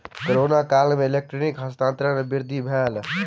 corona काल में electronic हस्तांतरण में वृद्धि भेल